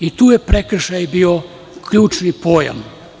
I tu je prekršaj bio ključni pojam.